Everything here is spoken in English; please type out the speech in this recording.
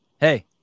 Hey